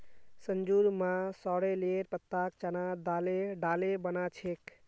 संजूर मां सॉरेलेर पत्ताक चना दाले डाले बना छेक